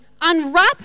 unwrap